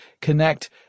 connect